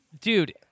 Dude